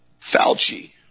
Fauci